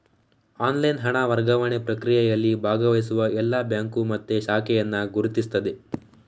online ಹಣ ವರ್ಗಾವಣೆ ಪ್ರಕ್ರಿಯೆಯಲ್ಲಿ ಭಾಗವಹಿಸುವ ಎಲ್ಲಾ ಬ್ಯಾಂಕು ಮತ್ತೆ ಶಾಖೆಯನ್ನ ಗುರುತಿಸ್ತದೆ